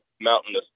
mountainous